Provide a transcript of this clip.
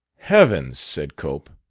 heavens! said cope.